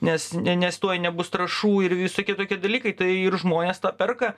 nes ne nes tuoj nebus trąšų ir visokie tokie dalykai tai ir žmonės tą perka